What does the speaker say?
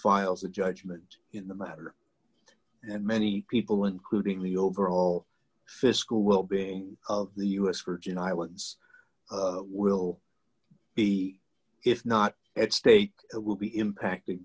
files a judgment in the matter and many people including the overall fiscal well being of the u s virgin islands will be if not at stake will be impact